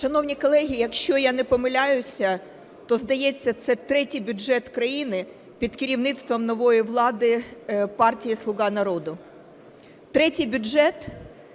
Шановні колеги, якщо я не помиляюся, то, здається, це третій бюджет країни під керівництвом нової влади - партії "Слуга народу".